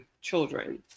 children